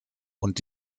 und